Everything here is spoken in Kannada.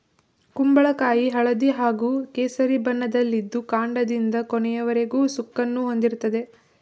ಕುಂಬಳಕಾಯಿ ಹಳದಿ ಹಾಗೂ ಕೇಸರಿ ಬಣ್ಣದಲ್ಲಿದ್ದು ಕಾಂಡದಿಂದ ಕೊನೆಯವರೆಗೂ ಸುಕ್ಕನ್ನು ಹೊಂದಿರ್ತದೆ